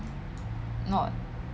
not